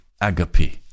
agape